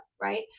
right